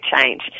change